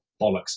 bollocks